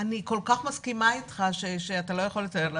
אני כל כך מסכימה אתך, שאתה לא יכול לתאר לעצמך.